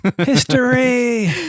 History